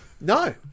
No